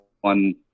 one